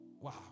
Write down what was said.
Wow